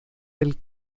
del